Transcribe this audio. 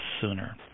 sooner